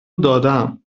دادم